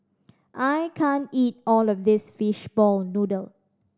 I can't eat all of this fishball noodle